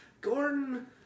Gordon